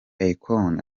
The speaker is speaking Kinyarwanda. akon